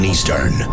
Eastern